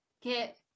get